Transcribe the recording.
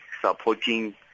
supporting